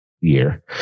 year